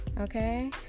okay